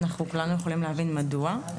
אנחנו כולנו יכולים להבין מדוע.